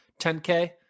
10K